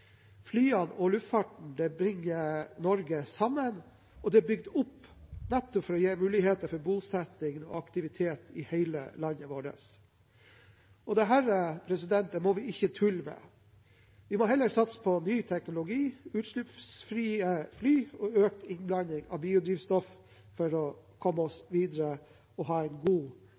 Flyene og luftfarten bringer Norge sammen, og det er bygget opp for nettopp å gi muligheter for bosetting og aktivitet i hele landet vårt. Dette må vi ikke tulle med. Vi må heller satse på ny teknologi, utslippsfrie fly og økt innblanding av biodrivstoff for å komme oss videre og ha en god